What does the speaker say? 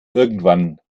irgendwann